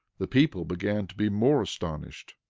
the people began to be more astonished